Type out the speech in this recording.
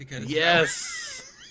Yes